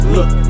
Look